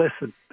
listen